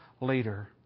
later